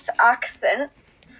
accents